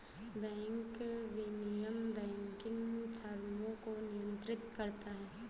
bank विनियमन banking फ़र्मों को नियंत्रित करता है